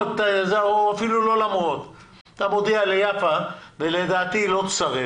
אתה מודיע ליפה ולדעתי היא לא תסרב